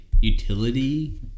utility